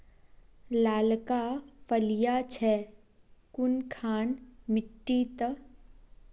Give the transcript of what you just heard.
लालका फलिया छै कुनखान मिट्टी त?